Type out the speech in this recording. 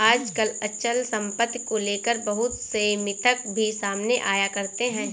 आजकल अचल सम्पत्ति को लेकर बहुत से मिथक भी सामने आया करते हैं